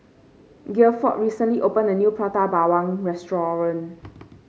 Gifford recently opened a new Prata Bawang restaurant